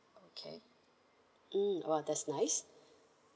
okay mm !wah! that's nice